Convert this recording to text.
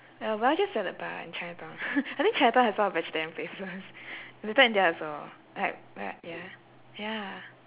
uh well dressed is a bar in chinatown I think chinatown has a lot of vegetarian places little india also like but ya ya